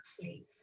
please